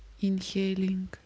inhaling